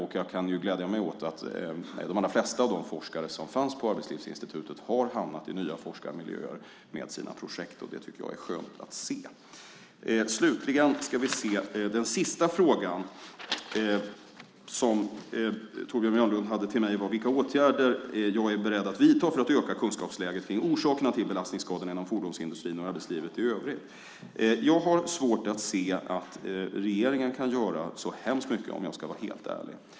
Jag kan glädja mig åt att de allra flesta av de forskare som fanns på Arbetslivsinstitutet har hamnat i nya forskarmiljöer med sina projekt, och det tycker jag är skönt att se. Den sista frågan som Torbjörn Björlund ställde till mig handlade om vilka åtgärder jag är beredd att vidta för att öka kunskapsläget om orsakerna till belastningsskadorna inom fordonsindustrin och arbetslivet i övrigt. Jag har svårt att se att regeringen kan göra så hemskt mycket, om jag ska vara helt ärlig.